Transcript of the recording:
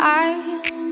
eyes